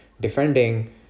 defending